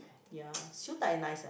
ya Siew Dai nice eh